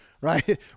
right